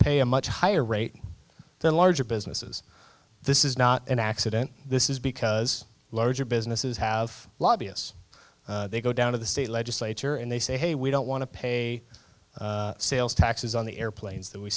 pay a much higher rate than larger businesses this is not an accident this is because larger businesses have lobbyists they go down to the state legislature and they say hey we don't want to pay sales taxes on the airplanes that we